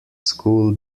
school